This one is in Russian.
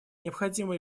необходимо